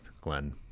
Glenn